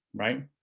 right?